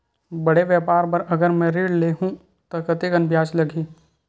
बड़े व्यापार बर अगर मैं ऋण ले हू त कतेकन ब्याज लगही?